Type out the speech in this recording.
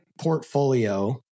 portfolio